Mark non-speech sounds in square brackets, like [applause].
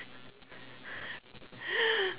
[breath]